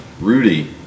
Rudy